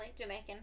Jamaican